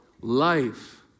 life